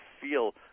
feel